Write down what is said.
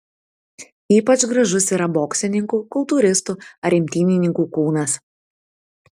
ypač gražus yra boksininkų kultūristų ar imtynininkų kūnas